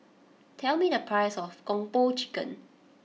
tell me the price of Kung Po Chicken